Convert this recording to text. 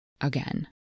again